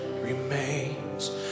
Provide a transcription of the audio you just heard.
remains